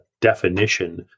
definition